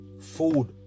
food